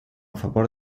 favore